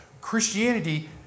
Christianity